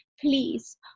please